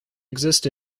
exist